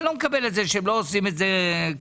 לא מקבל את זה שהם עושים את זה חפיף.